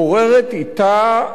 כך טוענת הספרות,